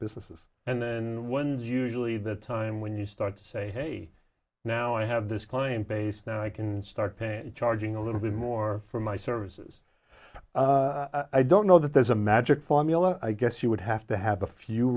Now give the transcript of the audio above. businesses and then ones usually the time when you start to say hey now i have this client base now i can start paying charging a little bit more for my services i don't know that there's a magic formula i guess you would have to have a few